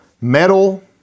metal